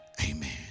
amen